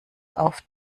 auf